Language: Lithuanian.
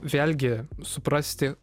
vėlgi suprasti